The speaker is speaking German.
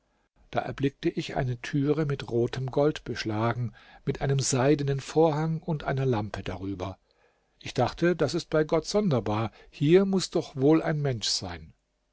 da erblickte ich eine türe mit rotem gold beschlagen mit einem seidenen vorhang und einer lampe darüber ich dachte das ist bei gott sonderbar hier muß doch wohl ein mensch sein